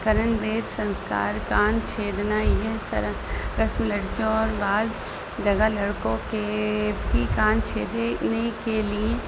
کرن بھید سنسکار کان چھدنا یہ سرل رسم لڑکیوں اور بعض جگہ لڑکوں کے بھی کان چھیدنے کے لیے